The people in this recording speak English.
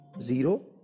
zero